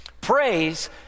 Praise